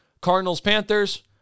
Cardinals-Panthers